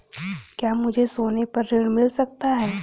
क्या मुझे सोने पर ऋण मिल सकता है?